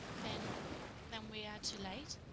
then then we are too late,